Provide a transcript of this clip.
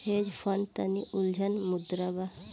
hedge fund तनि उलझल मुद्दा बा